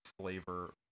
flavor